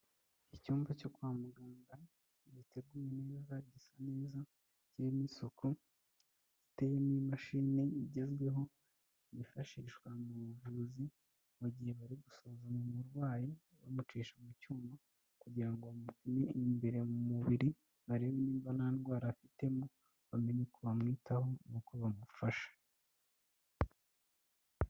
Icyumba cyo kwa muganga giteguye neza gisa neza kirimo isuku giteyemo imashini igezweho yifashishwa mu buvuzi mu gihe bari gusuzuma umurwayi bamucisha mu cyuma kugira ngo bamupime imbere mu mubiri barebe niba nta ndwara afitemo bamenye ko bamwitaho n'uko bamufasha.